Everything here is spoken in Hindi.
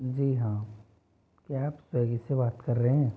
जी हाँ क्या आप स्वेग्गी से बात कर रहे हैं